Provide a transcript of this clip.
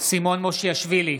סימון מושיאשוילי,